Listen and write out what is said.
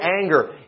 anger